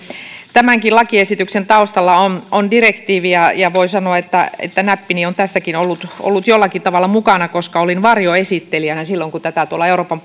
tämänkin lakiesityksen taustalla on on direktiivi ja ja voin sanoa että että näppini on tässäkin ollut ollut jollakin tavalla mukana koska olin varjoesittelijänä silloin kun tätä euroopan